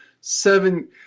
seven